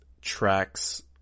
tracks